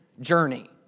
journey